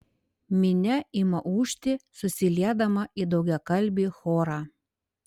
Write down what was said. minia ima ūžti susiliedama į daugiakalbį chorą